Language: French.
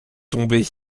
tomber